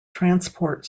transport